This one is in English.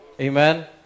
Amen